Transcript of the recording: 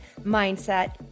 mindset